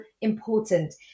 important